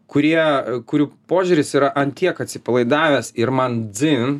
kurie kurių požiūris yra ant tiek atsipalaidavęs ir man dzin